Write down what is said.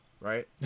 right